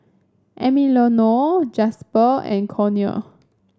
Emiliano Jasper and Conor